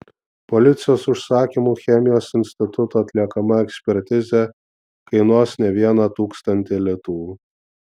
policijos užsakymu chemijos instituto atliekama ekspertizė kainuos ne vieną tūkstantį litų